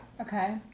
Okay